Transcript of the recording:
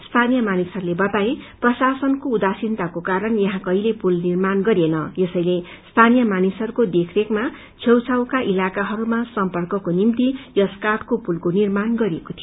स्थानीय मानिसहरूले बताए प्रशासनको उदासीनताको कारण यहाँ कहिले पुल निर्माण गरिएन यसैले स्थानीय मानिसहरूको देखरेखमा छेउछाउको इलाकाहरूमा सम्पर्कको निम्ति यस काठको पूलको निर्माण गरिएको थियो